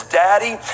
daddy